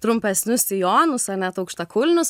trumpesnius sijonus ar net aukštakulnius